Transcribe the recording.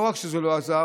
לא רק שזה לא עזר,